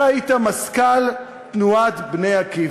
אתה היית מזכ"ל תנועת "בני עקיבא"